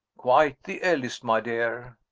quite the eldest, my dear.